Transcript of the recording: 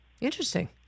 Interesting